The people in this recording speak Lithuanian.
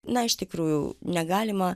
na iš tikrųjų negalima